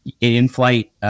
in-flight